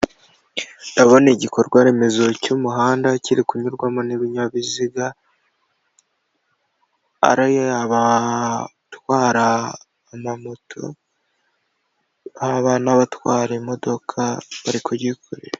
Ndabona igikorwaremezo cy'umuhanda kiri kunyurwamo n'ibinyabiziga, ari abatwara amamoto haba n'abatwara imodoka bari kugikoresha.